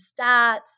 stats